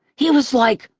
he was like,